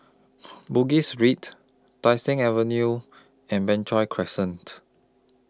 Bugis Street Tai Seng Avenue and Crescent